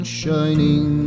shining